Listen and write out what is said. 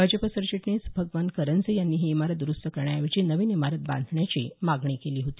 भाजप सरचिटणीस भगवान करंजे यांनी ही इमारत द्रुस्त करण्याऐवजी नवीन इमारत बांधण्याची मागणी केली होती